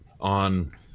on